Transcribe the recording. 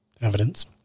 Evidence